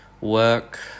work